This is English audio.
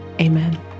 amen